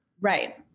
Right